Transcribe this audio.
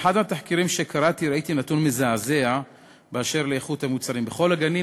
באחד התחקירים שקראתי ראיתי נתון מזעזע באשר לאיכות המוצרים: בכל הגנים,